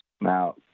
Now